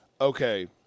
Okay